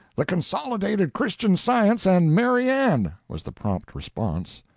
the consolidated christian science and mary ann! was the prompt response.